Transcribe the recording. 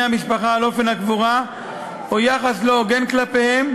המשפחה על אופן הקבורה או יחס לא הוגן כלפיהם.